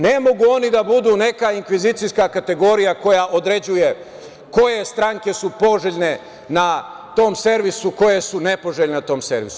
Ne mogu oni da budu neka inkvizicijska kategorija koja određuje koje stranke su poželjne, na tom servisu, a koje su nepoželjne na tom servisu.